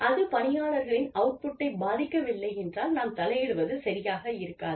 அது பணியாளர்களின் அவுட் புட்டைப் பாதிக்கவில்லை என்றால் நாம் தலையிடுவது சரியாக இருக்காது